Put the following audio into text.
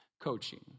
coaching